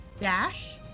dash